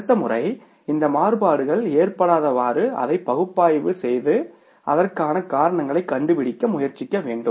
அடுத்த முறை இந்த மாறுபாடுகள் ஏற்படாதவாறு அதைப் பகுப்பாய்வு செய்து அதற்கான காரணங்களைக் கண்டுபிடிக்க முயற்சிக்க வேண்டும்